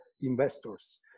investors